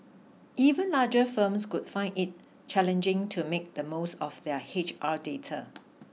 even larger firms could find it challenging to make the most of their H R data